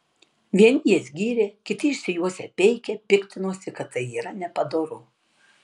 vieni jas gyrė kiti išsijuosę peikė piktinosi kad tai yra nepadoru